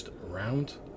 round